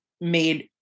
made